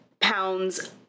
pounds